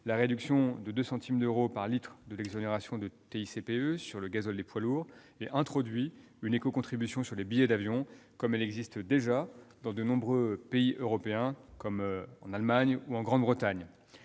de réduire de 2 centimes d'euro par litre l'exonération de TICPE sur le gazole pour les poids lourds et de créer une éco-contribution sur les billets d'avion- une telle contribution existe déjà dans de nombreux pays européens, en Allemagne ou en Grande-Bretagne